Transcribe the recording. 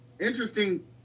Interesting